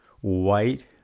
white